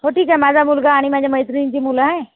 हो ठीक आहे माझा मुलगा आणि माझ्या मैत्रिणीची मुलं आहे